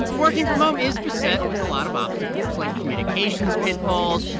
working from home is beset with a lot of obstacles like communications pitfalls,